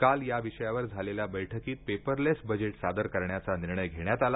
काल या विषयावर झालेल्या बैठकीत पेपरलेस बजेट सादर करण्याचा निर्णय घेण्यात आला